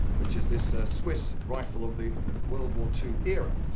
which is this swiss rifle of the world war two era.